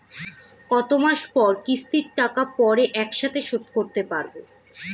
কত মাস পর কিস্তির টাকা পড়ে একসাথে শোধ করতে পারবো?